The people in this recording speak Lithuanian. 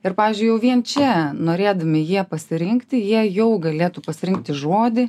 ir pavyzdžiui jau vien čia norėdami jie pasirinkti jie jau galėtų pasirinkti žodį